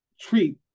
treat